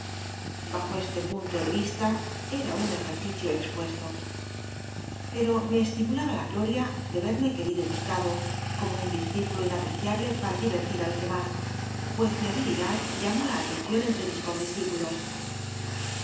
bajo este punto de biblioteca nacional de españa da yid copperfield vista era un ejercicio expuesto pero me e linmlaba la gloaia de verme querido y lm oeado como un discípulo inapreciable para divertir á los demas pues mi habi lidad llamó la atcncion entre mis condiscípulos